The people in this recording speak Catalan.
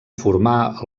formar